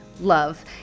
love